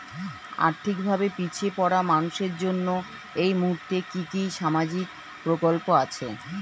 আর্থিক ভাবে পিছিয়ে পড়া মানুষের জন্য এই মুহূর্তে কি কি সামাজিক প্রকল্প আছে?